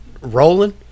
rolling